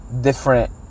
Different